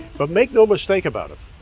but make no mistake about it,